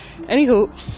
anywho